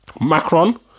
Macron